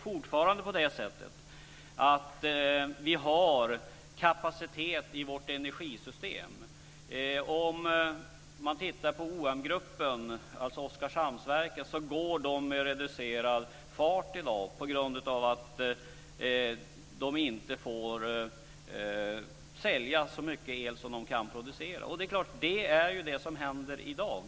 Fortfarande har vi kapacitet i vårt energisystem. På Oskarshamnsverket går reaktorerna på reducerad fart i dag på grund av att man inte får sälja så mycket el som man kan producera. Det är det som händer i dag.